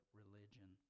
religion